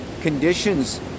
conditions